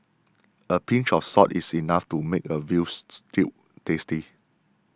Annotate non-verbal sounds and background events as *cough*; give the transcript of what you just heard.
a pinch of salt is enough to make a veal *noise* stew tasty